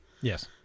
Yes